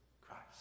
Christ